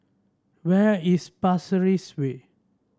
where is Pasir Ris Way